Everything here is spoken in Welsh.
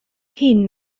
hŷn